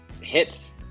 hits